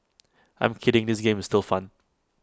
I'm kidding this game is still fun